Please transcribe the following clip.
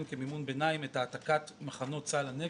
כמימון ביניים את העתקת מחנות צה"ל לנגב.